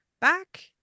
back